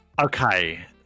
okay